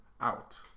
out